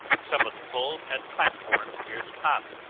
some of the poles had platforms near the top.